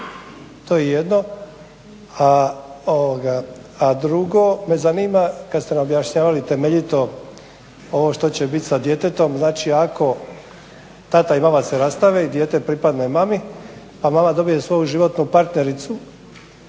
To je jedno. A drugo me zanima kada ste nam objašnjavali temeljito ovo što će biti sa djetetom, znači ako tata i mama se rastave i dijete pripadne mami pa mama dobije svoju životnu partnericu